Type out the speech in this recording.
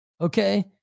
okay